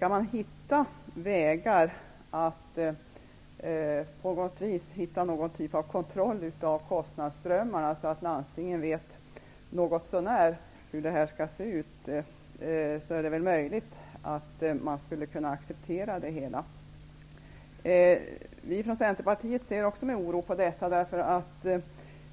Om man kan hitta vägar för att på något vis kunna kontrollera kostnadsströmmarna, så att landstingen något så när kan veta hur det hela skall se ut, är det möjligt att det hela kan accepteras. Vi från Centerpartiet ser också med oro på detta, eftersom